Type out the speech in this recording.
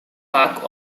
back